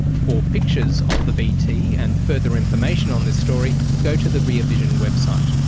for pictures of the bt, and further information on this story, go to the rear vision website.